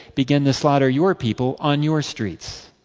begin to slaughter your people, on your streets